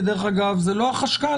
כדרך אגב, זה לא החשכ"ל,